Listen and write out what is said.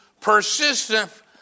persistent